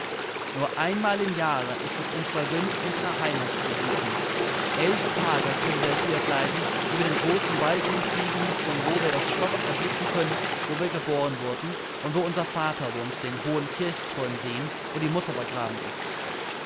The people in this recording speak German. nur einmal im jahre ist es uns vergönnt unsere heimat zu besuchen elf tage können wir hier bleiben über den großen wald hinfliegen von wo wir das schloß erblicken können wo wir geboren wurden und wo unser vater wohnt den hohen kirchturm sehen wo die mutter begraben ist